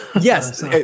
yes